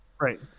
Right